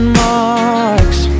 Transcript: marks